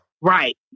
Right